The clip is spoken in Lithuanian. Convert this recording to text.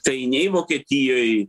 tai nei vokietijoj